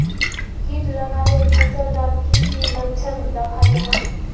किट लगाले फसल डात की की लक्षण दखा जहा?